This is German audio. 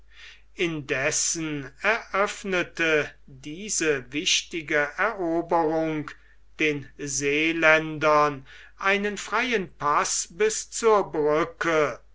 indessen eröffnete diese wichtige eroberung den seeländern einen freien paß bis zur brücke